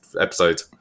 episode